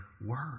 word